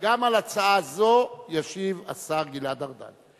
גם על הצעה זו ישיב השר גלעד ארדן.